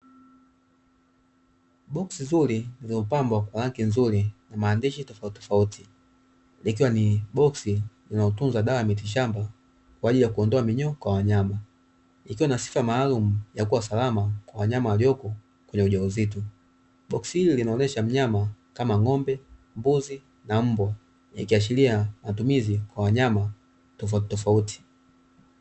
Boksi zuri lililopambwa kwa rangi nzuri, maandishi tofautitofauti, likiwa ni boksi linalotunza dawa ya miti shamba kwa ajili ya kuondoa minyoo kwa wanyama, ikiwa na sifa maalumu ya kuwa salama kwa mnyama waliopo kwenye ujauzito. Boksi hili linaonyesha wanyama kama vile ng'ombe, mbuzi, na mbwa, ikiashiria matumizi kwa wanyama tofautitofauti.